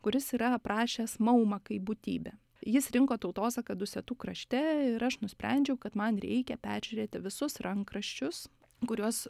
kuris yra aprašęs maumą kaip būtybę jis rinko tautosaką dusetų krašte ir aš nusprendžiau kad man reikia peržiūrėti visus rankraščius kuriuos